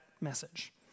message